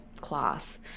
class